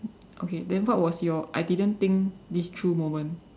okay then what was your I didn't think this through moment